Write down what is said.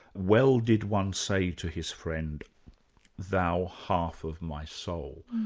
well did one say to his friend thou half of my soul.